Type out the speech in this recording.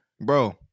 bro